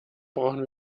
brauchen